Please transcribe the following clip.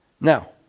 now